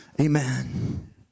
Amen